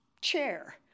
chair